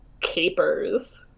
capers